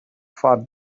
for